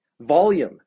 Volume